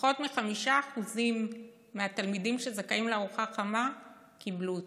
פחות מ-5% מהתלמידים שזכאים לארוחה חמה קיבלו אותה,